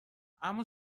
اما